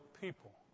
people